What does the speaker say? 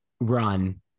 run